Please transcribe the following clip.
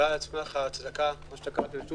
באה על סמך ההצדקה האפידמיולוגית.